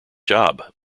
job